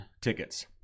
tickets